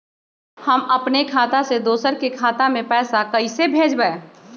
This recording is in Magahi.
हम अपने खाता से दोसर के खाता में पैसा कइसे भेजबै?